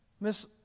Miss